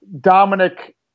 Dominic